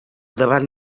davant